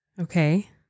Okay